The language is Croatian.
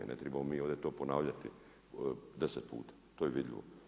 Ne tribamo mi ovdje to ponavljati deset puta, to je vidljivo.